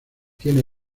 tiene